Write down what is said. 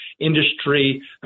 industry